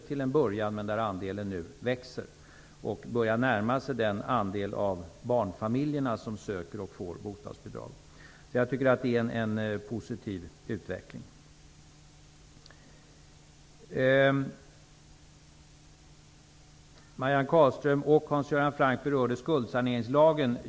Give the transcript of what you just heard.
Nu växer den andelen och börjar närma sig den andel av barnfamiljerna som söker och får bostadsbidrag. Jag tycker att det är en positiv utveckling. Marianne Carlström och Hans Göran Franck berörde skuldsaneringslagen.